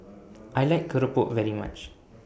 I like Keropok very much